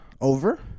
Over